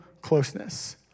closeness